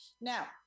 Now